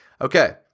Okay